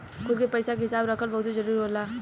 खुद के पइसा के हिसाब रखल बहुते जरूरी होला